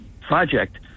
project